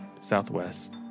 southwest